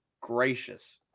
gracious